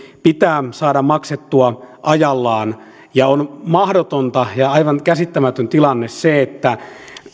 pitää saada maksettua ajallaan ja on mahdotonta ja aivan käsittämätön tilanne se että